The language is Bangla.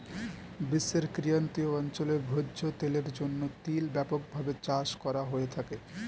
বিশ্বের ক্রান্তীয় অঞ্চলে ভোজ্য তেলের জন্য তিল ব্যাপকভাবে চাষ করা হয়ে থাকে